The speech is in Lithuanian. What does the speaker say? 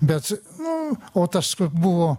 bet nu o tas buvo